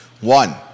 One